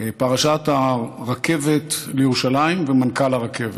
פרשת הרכבת לירושלים ומנכ"ל הרכבת.